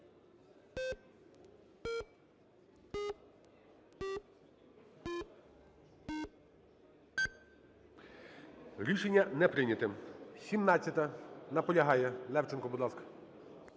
Рішення не прийняте. 17-а, наполягає Левченко. Будь ласка.